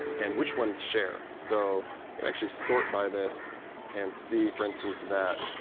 and which ones share. so you actually sort by this and see, for instance, that,